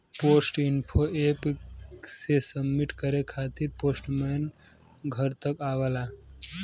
post info app से submit करे खातिर पोस्टमैन घर तक आवला